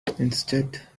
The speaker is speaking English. instead